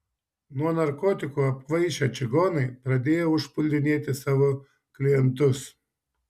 nuo narkotikų apkvaišę čigonai pradėjo užpuldinėti savo klientus